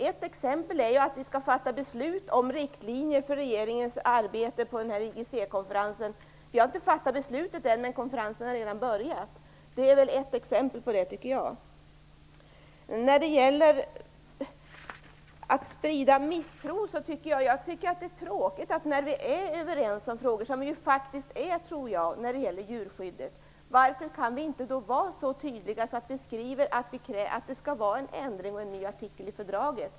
Ett exempel är att vi skall fatta beslut om riktlinjer för regeringens arbete på IGC 96. Vi har inte fattat beslutet än, men konferensen har redan börjat. Det tycker jag är ett exempel på detta. Jag vill också säga något om det här med att sprida misstro. När vi är överens om frågor, vilket jag tror att vi är när det gäller djurskyddet, tycker jag det är tråkigt att vi inte kan vara så tydliga att vi skriver att det skall vara en ändring och en ny artikel i fördraget.